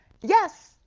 Yes